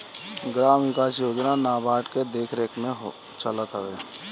gram विकास योजना नाबार्ड के देखरेख में चलत हवे